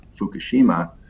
Fukushima